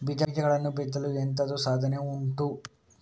ಬೀಜಗಳನ್ನು ಬಿತ್ತಲು ಎಂತದು ಸಾಧನ ಉಂಟು?